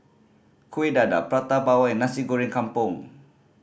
Kuih Dadar Prata Bawang and Nasi Goreng Kampung